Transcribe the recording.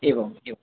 एवम् एवं